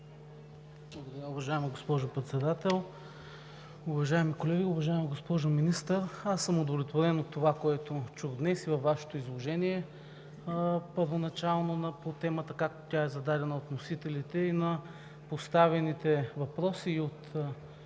Уважаема госпожо Председател, уважаеми колеги! Уважаема госпожо Министър, удовлетворен съм от това, което чух днес във Вашето изложение първоначално по темата, както тя е зададена от вносителите, и на поставените въпроси и от